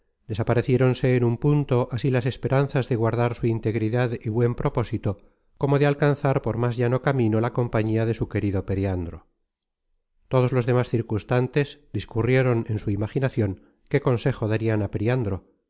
despareciéronse en un punto así las esperanzas de guardar su integridad y buen propósito como de alcanzar por más llano camino la compañía de su querido periandro todos los demas circunstantes discurrieron en su imaginacion qué consejo